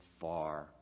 far